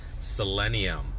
selenium